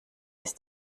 ist